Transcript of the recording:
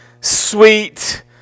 sweet